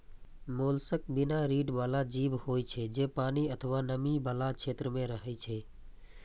mollusc बिना रीढ़ बला जीव होइ छै, जे पानि अथवा नमी बला क्षेत्र मे रहै छै